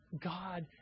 God